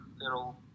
little